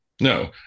No